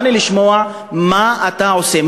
בא לי לשמוע מה אתה עושה,